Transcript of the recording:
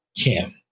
Kim